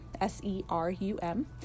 S-E-R-U-M